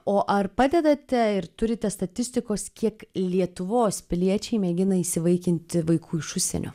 o ar padedate ir turite statistikos kiek lietuvos piliečiai mėgina įsivaikinti vaikų iš užsienio